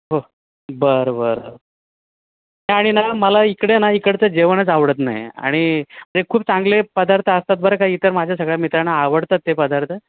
हो बरं बरं का आणि ना मला इकडे ना इकडचं जेवणच आवडत नाही आणि म्हणजे खूप चांगले पदार्थ असतात बरं का इतर माझ्या सगळ्या मित्रांना आवडतात ते पदार्थ